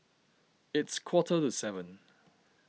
it's quarter to seven